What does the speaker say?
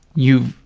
you